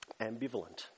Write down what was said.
ambivalent